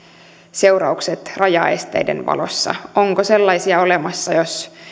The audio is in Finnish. seuraukset rajaesteiden valossa onko sellaisia olemassa jos